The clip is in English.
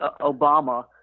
Obama